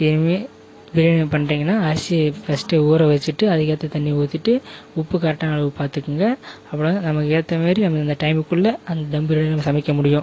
இனிமேல் பிரியாணி பண்ணுறீங்கனா அரிசியை ஃபஸ்ட்டே ஊற வச்சுட்டு அதுக்கேற்ற தண்ணியை ஊற்றிட்டு உப்பு கரெட்டான அளவு பார்த்துக்குங்க அப்புறம் நமக்கு ஏற்ற மாரி அந்தந்த டைமுக்குள்ளே அந்த தம் பிரியாணி நம்ம சமைக்க முடியும்